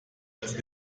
als